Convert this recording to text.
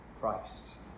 Christ